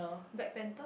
Black-Panther